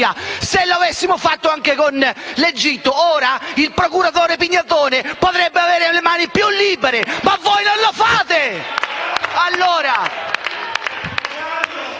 se l'avessimo fatto anche con l'Egitto, ora il procuratore Pignatone potrebbe avere le mani più libere. Ma voi non lo fate!